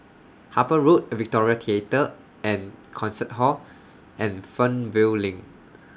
Harper Road Victoria Theatre and Concert Hall and Fernvale LINK